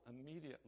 immediately